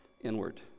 inward